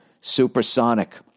supersonic